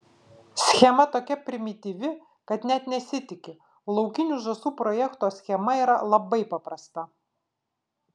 schema tokia primityvi kad net nesitiki laukinių žąsų projekto schema yra labai paprasta